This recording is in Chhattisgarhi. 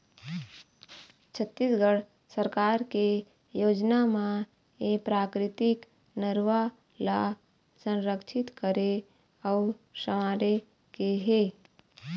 छत्तीसगढ़ सरकार के योजना म ए प्राकृतिक नरूवा ल संरक्छित करे अउ संवारे के हे